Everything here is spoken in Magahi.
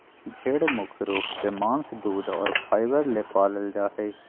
भेड़ मुख्य रूप से मांस दूध और फाइबर ले पालल जा हइ